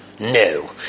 No